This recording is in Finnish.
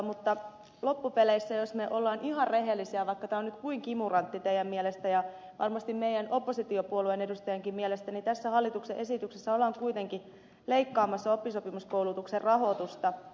mutta loppupeleissä jos me olemme ihan rehellisiä vaikka tämä on kuinka kimurantti teidän mielestänne ja varmasti meidän oppositiopuolueiden edustajienkin mielestä niin tässä hallituksen esityksessä ollaan kuitenkin leikkaamassa oppisopimuskoulutuksen rahoitusta